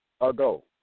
ago